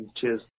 Cheers